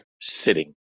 sitting